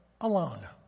alone